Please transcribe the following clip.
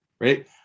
Right